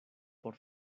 por